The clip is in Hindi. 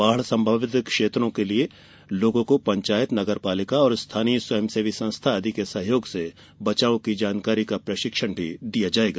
बाढ़ संभावित क्षेत्रों के लोगों को पंचायत नगरपालिका स्थानीय स्वयंसेवी संस्था आदि के सहयोग से बचाव की जानकारी का प्रशिक्षण भी दिया जायेगा